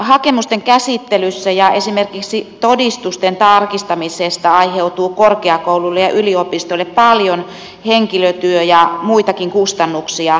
hakemusten käsittelystä ja esimerkiksi todistusten tarkistamisesta aiheutuu korkeakouluille ja yliopistoille paljon henkilötyö ja muitakin kustannuksia